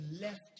left